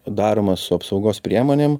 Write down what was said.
o daroma su apsaugos priemonėm